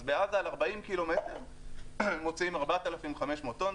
אז בעזה על 40 ק"מ מוציאים 4,500 טון.